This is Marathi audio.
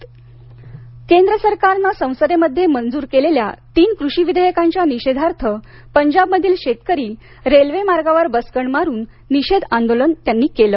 पंजाब शेतकरी आंदोलन केंद्र सरकारनं संसदेमध्ये मंजूर केलेल्या तीन कृषी विधेयकांच्या निषेधार्थ पंजाबमधील शेतकरी रेल्वे मार्गावर बसकण मारून निषेध आंदोलन केल